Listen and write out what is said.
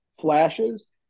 flashes